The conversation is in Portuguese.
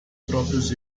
próprios